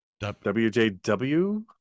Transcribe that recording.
wjw